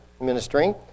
ministering